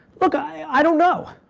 look, i don't know.